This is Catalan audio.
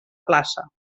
plaça